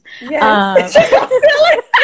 Yes